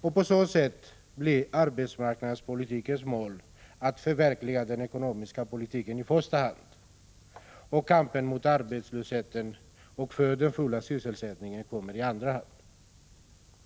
På så sätt blir arbetsmarknadspolitikens mål att i första hand förverkliga den ekonomiska politiken. Kampen mot arbetslösheten och för den fulla sysselsättningen kommer i andra hand.